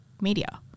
media